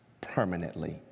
permanently